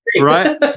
Right